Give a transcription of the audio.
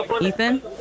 Ethan